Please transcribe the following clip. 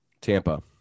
Tampa